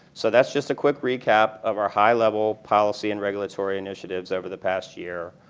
so that's just a quick recap of our high level policy and regulatory initiatives over the past year.